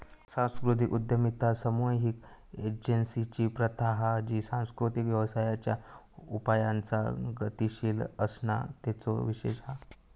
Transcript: सांस्कृतिक उद्यमिता सामुहिक एजेंसिंची प्रथा हा जी सांस्कृतिक व्यवसायांच्या उपायांचा गतीशील असणा तेचो विशेष हा